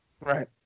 Right